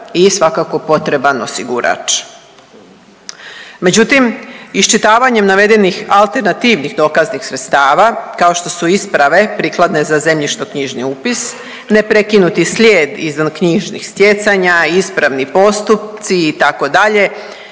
i svakako potreban osigurač. Međutim, iščitavanjem navedenih alternativnih dokaznih sredstava, kao što su isprave prikladne za zemljišnoknjižni upis, neprekinuti slijed izvanknjižnih stjecanja, ispravni postupci, itd.,